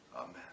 Amen